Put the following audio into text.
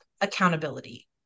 accountability